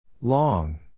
Long